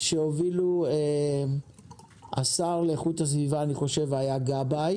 שהובילו השר לאיכות הסביבה אני חושב, היה גבאי